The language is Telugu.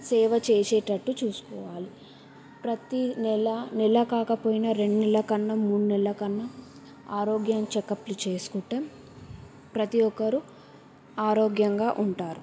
సేవ చేసేటట్టు చూసుకోవాలి ప్రతి నెల నెల కాకపోయినా రెండు నెలలకన్నా మూడు నెలలకన్నా ఆరోగ్యం చెకప్లు చేసుకుంటే ప్రతి ఒక్కరు ఆరోగ్యంగా ఉంటారు